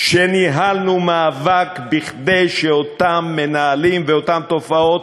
שניהלנו מאבק כדי שאותם מנהלים ואותן תופעות,